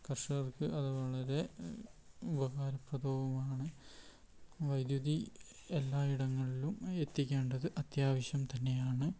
കർഷകർക്ക് അത് വളരെ ഉപകാരപ്രദവുമാണ് വൈദ്യുതി എല്ലായിടങ്ങളിലും എത്തിക്കേണ്ടത് അത്യാവശ്യം തന്നെയാണ്